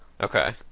okay